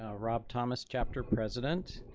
ah rob thomas, chapter president.